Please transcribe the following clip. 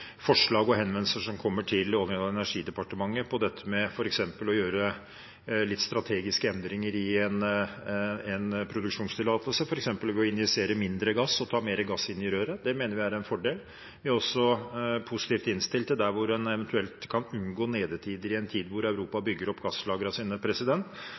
forslag og henvendelser som kommer til Olje- og energidepartementet, f.eks. det å gjøre strategiske endringer i en produksjonstillatelse, injisere mindre gass og ta mer gass inn i røret. Det mener vi er en fordel. Vi er også positivt innstilt der man eventuelt kan unngå nedetider – i en tid hvor Europa bygger opp gasslagrene sine